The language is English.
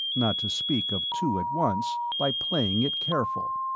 not to speak of two at once, by playing it careful.